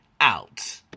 out